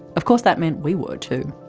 of course, that meant we were too.